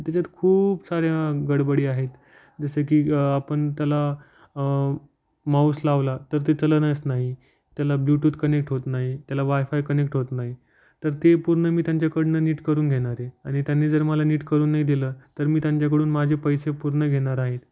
त्याच्यात खूप साऱ्या गडबडी आहेत जसं की आपण त्याला माऊस लावला तर ते चलनाच नाही त्याला ब्लूटूथ कनेक्ट होत नाही त्याला वायफाय कनेक्ट होत नाही तर ते पूर्ण मी त्यांच्याकडून नीट करून घेणारे आणि त्यांनी जर मला नीट करून नाही दिलं तर मी त्यांच्याकडून माझे पैसे पूर्ण घेणार आहे